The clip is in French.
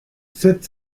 sept